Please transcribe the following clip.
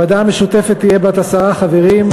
הוועדה המשותפת תהיה בת עשרה חברים,